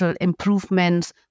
improvements